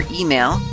email